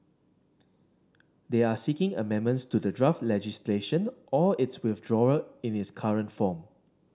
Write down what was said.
they are seeking amendments to the draft legislation or its withdrawal in its current form